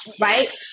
right